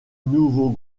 nouveau